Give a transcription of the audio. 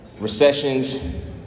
recessions